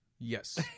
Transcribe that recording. Yes